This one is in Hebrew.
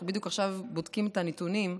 אנחנו בדיוק עכשיו בודקים את הנתונים,